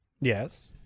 Yes